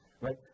Right